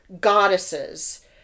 Goddesses